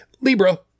Libra